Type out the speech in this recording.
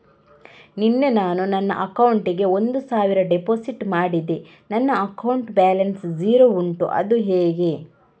ನಿನ್ನೆ ನಾನು ನನ್ನ ಅಕೌಂಟಿಗೆ ಒಂದು ಸಾವಿರ ಡೆಪೋಸಿಟ್ ಮಾಡಿದೆ ನನ್ನ ಅಕೌಂಟ್ ಬ್ಯಾಲೆನ್ಸ್ ಝೀರೋ ಉಂಟು ಅದು ಹೇಗೆ?